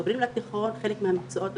שעוברים לתיכון חלק מהמקצועות חלק